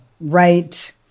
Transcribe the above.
Right